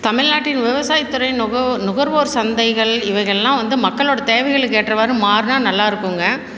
தமிழ்நாட்டின் விவசாயத்துறை நுகர்வோ நுகர்வோர் சந்தைகள் இவைகள்லாம் வந்து மக்களோட தேவைகளுக்கு ஏற்றவாறு மாறினா நல்லா இருக்குதுங்க